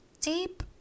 Deep